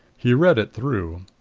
he read it through.